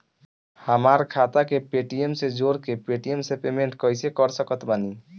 हमार खाता के पेटीएम से जोड़ के पेटीएम से पेमेंट कइसे कर सकत बानी?